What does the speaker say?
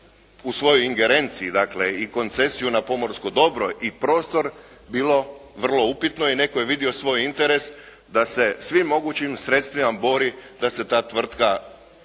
u svojoj ingerenciji, dakle i koncesiju na pomorsko dobro i prostor bilo vrlo upitno i netko je vidio svoj interes da se svi mogućim sredstvima bori da se ta tvrtka izvuče